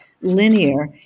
linear